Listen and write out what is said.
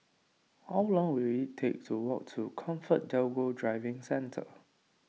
how long will it take to walk to ComfortDelGro Driving Centre